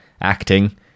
acting